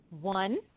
one